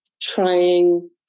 trying